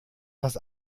das